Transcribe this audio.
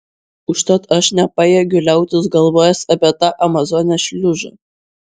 užtat aš nepajėgiu liautis galvojęs apie tą amazonės šliužą